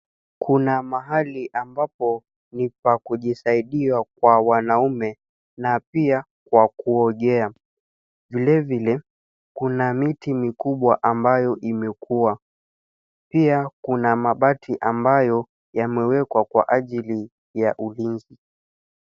Kuna mahali ambapo ni pa kujisaidia kwa wanaume na pia kwa kuogea, vile vile kuna miti mikubwa ambayo imekuwa pia kuna mabati ambayo yamewekwa kwa ajili ya ulinzi.